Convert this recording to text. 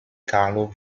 carlo